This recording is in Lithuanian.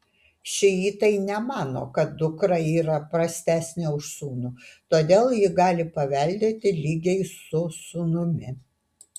šiitai nemano kad dukra yra prastesnė už sūnų todėl ji gali paveldėti lygiai su sūnumi